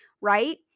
right